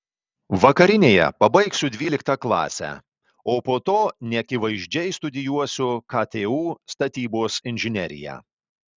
vakarinėje pabaigsiu dvyliktą klasę o po to neakivaizdžiai studijuosiu ktu statybos inžineriją